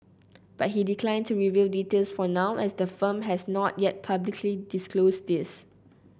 but he declined to reveal details for now as the firm has not yet publicly disclosed these